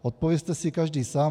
Odpovězte si každý sám.